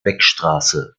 beckstraße